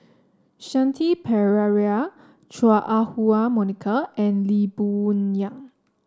Shanti Pereira Chua Ah Huwa Monica and Lee Boon Yang